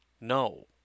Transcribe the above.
No